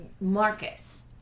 Marcus